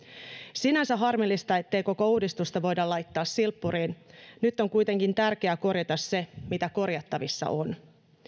sinänsä harmillista ettei koko uudistusta voida laittaa silppuriin nyt on kuitenkin tärkeää korjata se mitä korjattavissa on